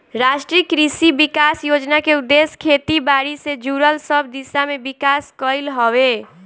राष्ट्रीय कृषि विकास योजना के उद्देश्य खेती बारी से जुड़ल सब दिशा में विकास कईल हवे